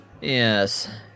Yes